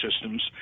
systems